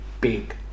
big